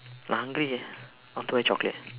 hungry eh I want to buy chocolate